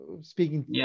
speaking